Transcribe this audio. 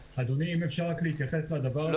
אדוני, אם אפשר רק להתייחס לדבר הזה.